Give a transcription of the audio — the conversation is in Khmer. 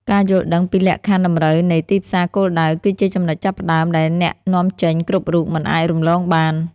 ការយល់ដឹងពីលក្ខខណ្ឌតម្រូវនៃទីផ្សារគោលដៅ គឺជាចំណុចចាប់ផ្ដើមដែលអ្នកនាំចេញគ្រប់រូបមិនអាចរំលងបាន។